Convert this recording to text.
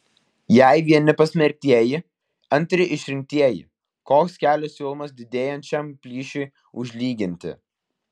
jei vieni pasmerktieji antri išrinktieji koks kelias siūlomas didėjančiam plyšiui užlyginti